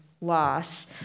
loss